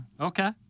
Okay